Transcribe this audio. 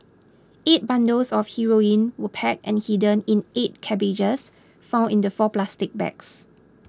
eight bundles of heroin were packed and hidden in eight cabbages found in the four plastic bags